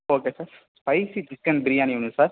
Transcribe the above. okay sir spicy chicken biryani ஒன்று sir